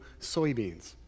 soybeans